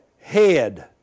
head